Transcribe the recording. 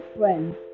friends